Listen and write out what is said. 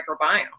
microbiome